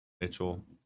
Mitchell